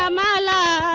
um la la